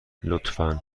لطفا